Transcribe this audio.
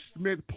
Smith